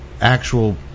actual